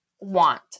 want